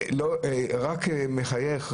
רק מחייך,